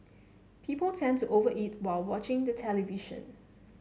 people tend to over eat while watching the television